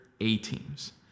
A-teams